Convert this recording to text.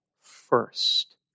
first